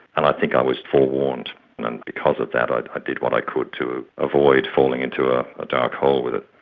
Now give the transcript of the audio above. and i think i was forewarned, and because of that i ah did what i could to avoid falling into a ah dark hole with it.